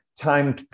time